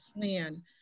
plan